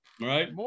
Right